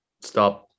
stop